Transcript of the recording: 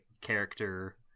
character